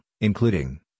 including